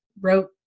wrote